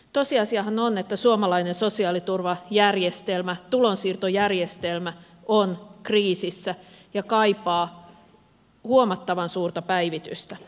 tosiasiahan on että suomalainen sosiaaliturvajärjestelmä tulonsiirtojärjestelmä on kriisissä ja kaipaa huomattavan suurta päivitystä